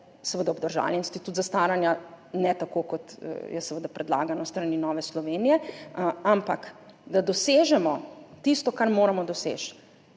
seveda obdržali institut zastaranja, ne tako, kot je predlagano s strani Nove Slovenije, ampak da dosežemo tisto, kar moramo doseči